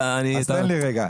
אז תן לי רגע.